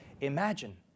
Imagine